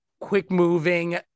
quick-moving